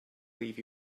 leave